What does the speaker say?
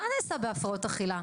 מה נעשה בהפרעות אכילה?